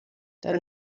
dann